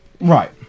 right